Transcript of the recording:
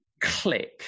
Click